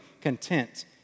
content